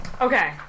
Okay